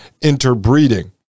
interbreeding